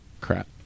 crap